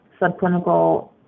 subclinical